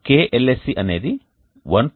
kLSC అనేది 1 0